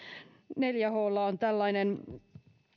neljä h lla on tällainen